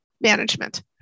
management